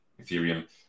Ethereum